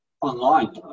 online